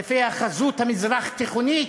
לפי החזות המזרח-תיכונית?